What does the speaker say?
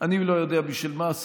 אני לא יודע בשביל מה.